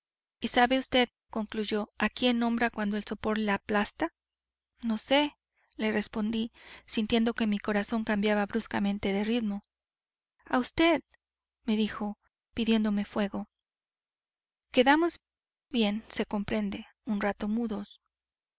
y sabe vd concluyó a quién nombra cuando el sopor la aplasta no sé le respondí sintiendo que mi corazón cambiaba bruscamente de ritmo a vd me dijo pidiéndome fuego quedamos bien se comprende un rato mudos